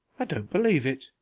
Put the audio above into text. i don't believe it.